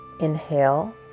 Inhale